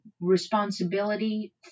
responsibility